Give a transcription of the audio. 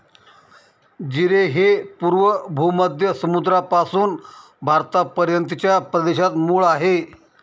जीरे हे पूर्व भूमध्य समुद्रापासून भारतापर्यंतच्या प्रदेशात मूळ आहे